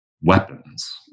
weapons